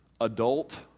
adult